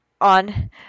on